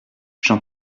jean